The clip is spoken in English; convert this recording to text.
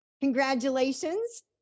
Congratulations